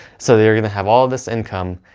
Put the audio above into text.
so they're going to have all this income,